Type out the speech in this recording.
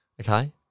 okay